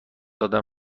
آدم